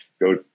go